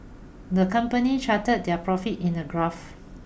the company charted their profits in the graph